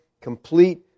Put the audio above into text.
complete